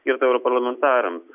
skirtą europarlamentarams